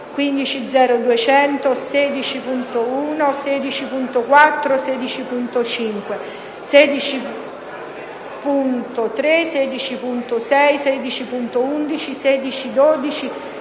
15.0.200, 16.1, 16.4, 16.5, 16.3, 16.6, 16.11, 16.12,